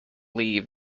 leave